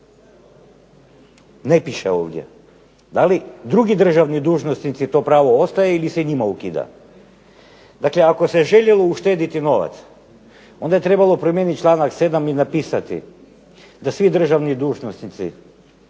Ne piše ovdje. Da li drugim državnim dužnosnicima to pravo ostaje ili se i njima ukida? Dakle, ako se željelo uštedjeti novac, onda je trebalo promijeniti članak 7. i napisati da svi državni dužnosnici